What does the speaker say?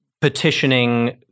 petitioning